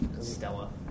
Stella